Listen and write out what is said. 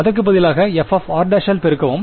அதற்கு பதிலாக f r ஆல் பெருக்கவும்